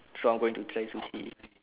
so I'm going to try sushi